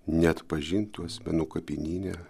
neatpažintų asmenų kapinyne